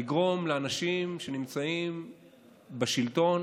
לגרום לאנשים שנמצאים בשלטון,